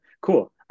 Cool